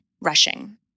rushing